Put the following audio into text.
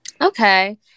Okay